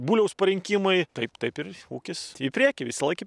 buliaus parinkimai taip taip ir ūkis į priekį visąlaik į